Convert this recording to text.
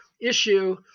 issue